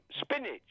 Spinach